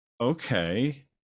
okay